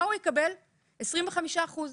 הוא יקבל 25 אחוזים.